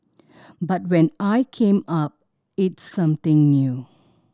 but when I came up it's something new